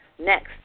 next